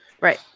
Right